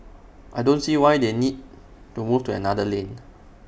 I don't see why they need to move to another lane